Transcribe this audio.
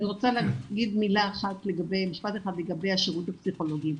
אני רוצה להגיד משפט אחד לגבי השירות הפסיכולוגי.